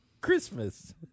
Christmas